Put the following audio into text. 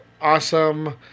awesome